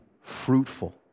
fruitful